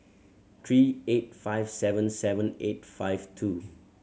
three eight five seven seven eight five two